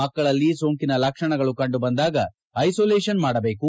ಮಕ್ಕಳಲ್ಲಿ ಸೋಂಕಿನ ಲಕ್ಷಣಗಳು ಕಂಡುಬಂದಾಗ ಐಸೋಲೇಷನ್ ಮಾಡಬೇಕು